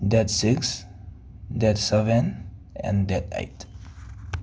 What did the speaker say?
date six date seven and date eight